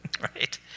Right